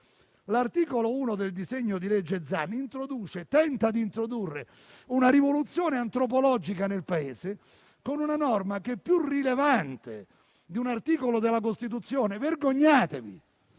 L'articolo 1 del disegno di legge Zan tenta di introdurre una rivoluzione antropologica nel Paese con una norma che è più rilevante di un articolo della Costituzione. Vergognatevi